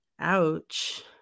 Ouch